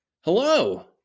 Hello